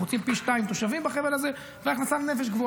אנחנו רוצים פי שניים תושבים בחבל הזה והכנסה גבוהה לנפש.